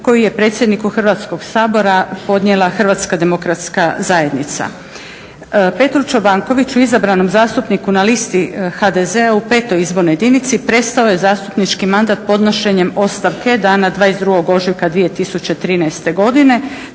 koji je predsjedniku Hrvatskog sabora podnijela HDZ. Petar Čobanković izabranom zastupniku na listi HDZ-u u petoj izbornoj jedinici prestao je zastupnički mandat podnošenjem ostavke dana 22. ožujka 2013. godine